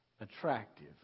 attractive